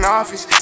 office